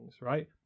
right